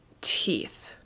teeth